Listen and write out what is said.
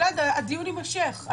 גלעד, הדיון יימשך.